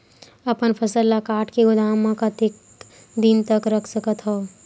अपन फसल ल काट के गोदाम म कतेक दिन तक रख सकथव?